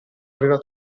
aveva